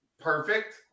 perfect